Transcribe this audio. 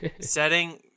Setting